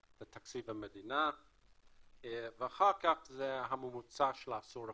לתקציב המדינה ואחר כך זה הממוצע של העשור הקודם.